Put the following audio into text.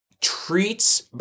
treats